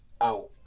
out